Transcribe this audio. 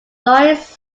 lois